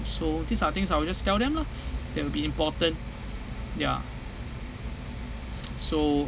so these are things I will just tell them lah that will be important ya so